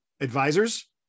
advisors